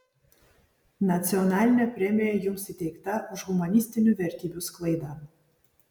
nacionalinė premija jums įteikta už humanistinių vertybių sklaidą